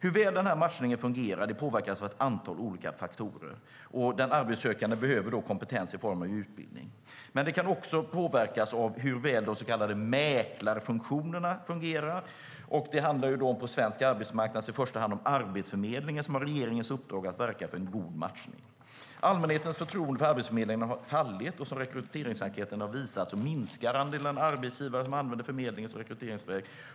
Hur väl den här matchningen fungerar påverkas av ett antal olika faktorer. Den arbetssökande behöver kompetens i form av utbildning. Men matchningen kan också påverkas av hur väl de så kallade mäklarfunktionerna fungerar. Det handlar på svensk arbetsmarknad i första hand om Arbetsförmedlingen, som har regeringens uppdrag att verka för en god matchning. Allmänhetens förtroende för Arbetsförmedlingen har fallit, och som rekryteringsenkäten visar minskar andelen arbetsgivare som använder förmedlingen som rekryteringsväg.